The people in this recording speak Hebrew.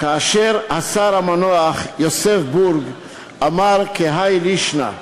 השר המנוח יוסף בורג כהאי לישנא: